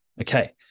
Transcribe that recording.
Okay